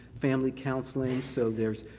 family counseling, so there's